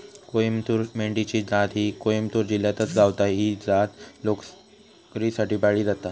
कोईमतूर मेंढी ची जात ही कोईमतूर जिल्ह्यातच गावता, ही जात लोकरीसाठी पाळली जाता